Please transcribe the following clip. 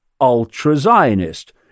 ultra-Zionist